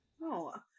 No